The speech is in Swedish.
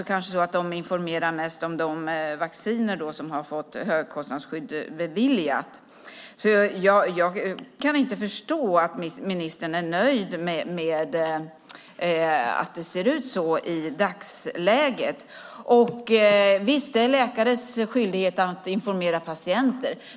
Kanske informeras det mest om de vacciner för vilka högkostnadsskydd är beviljat? Jag kan inte förstå att ministern är nöjd med att det i dagsläget ser ut på nämnda sätt. Visst är det läkares skyldighet att informera sina patienter.